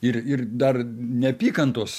ir ir dar neapykantos